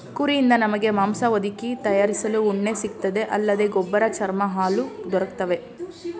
ಕುರಿಯಿಂದ ನಮಗೆ ಮಾಂಸ ಹೊದಿಕೆ ತಯಾರಿಸಲು ಉಣ್ಣೆ ಸಿಗ್ತದೆ ಅಲ್ಲದೆ ಗೊಬ್ಬರ ಚರ್ಮ ಹಾಲು ದೊರಕ್ತವೆ